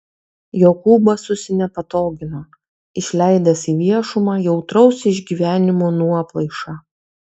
jokūbas susinepatogino išleidęs į viešumą jautraus išgyvenimo nuoplaišą